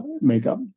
makeup